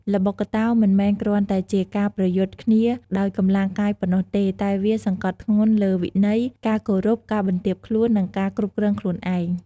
ល្បុក្កតោមិនមែនគ្រាន់តែជាការប្រយុទ្ធគ្នាដោយកម្លាំងកាយប៉ុណ្ណោះទេ តែវាសង្កត់ធ្ងន់លើវិន័យ ការគោរព ការបន្ទាបខ្លួន និងការគ្រប់គ្រងខ្លួនឯង។